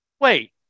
wait